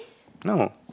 no